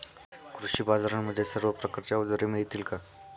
कृषी बाजारांमध्ये सर्व प्रकारची अवजारे मिळतील का?